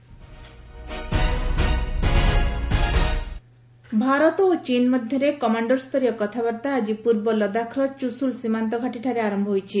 Indo ଚୀନ୍ talk ଭାରତ ଓ ଚୀନ୍ ମଧ୍ୟରେ କମାଣ୍ଡରସ୍ତରୀୟ କଥାବାର୍ତ୍ତା ଆଜି ପୂର୍ବ ଲଦାଖର ଚୁଶୁଲ୍ ସୀମାନ୍ତ ଘାଟିଠାରେ ଆରମ୍ଭ ହୋଇଛି